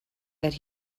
that